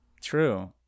True